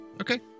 Okay